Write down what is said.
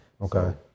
Okay